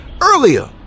earlier